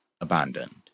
abandoned